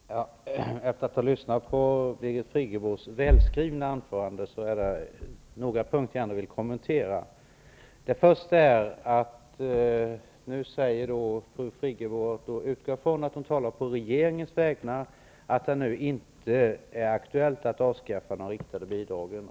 Herr talman! Efter att ha lyssnat till Birgit Friggebos välskrivna anförande vill jag gärna kommentera några punkter i det. Fru Friggebo säger -- och jag utgår ifrån att hon talar på regeringens vägnar -- att det nu inte är aktuellt att avskaffa de riktade bidragen.